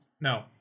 No